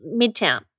Midtown